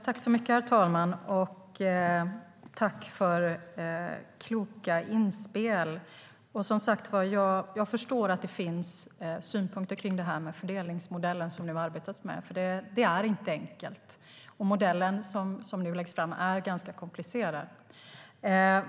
Herr talman! Tack för kloka inspel! Jag förstår att det finns synpunkter på fördelningsmodellen, för den är inte enkel. Den modell som nu läggs fram är ganska komplicerad.